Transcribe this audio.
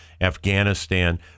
Afghanistan